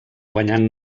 guanyant